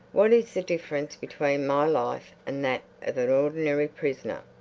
what is the difference between my life and that of an ordinary prisoner.